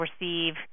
receive